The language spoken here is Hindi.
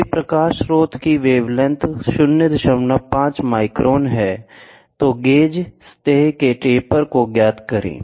यदि प्रकाश स्रोत की वेवलेंथ 05 माइक्रोन है तो गेज सतह के टेपर को ज्ञात करें